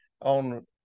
on